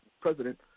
president